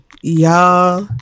Y'all